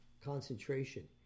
concentration